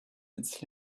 its